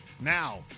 Now